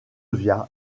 via